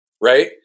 right